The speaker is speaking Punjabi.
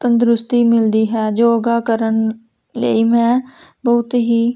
ਤੰਦਰੁਸਤੀ ਮਿਲਦੀ ਹੈ ਯੋਗਾ ਕਰਨ ਲਈ ਮੈਂ ਬਹੁਤ ਹੀ